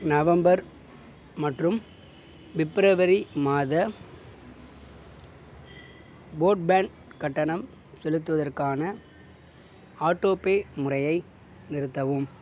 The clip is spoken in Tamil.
நவம்பர் மற்றும் பிப்ரவரி மாத போட்பேன்ட் கட்டணம் செலுத்துவதற்கான ஆட்டோபே முறையை நிறுத்தவும்